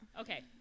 Okay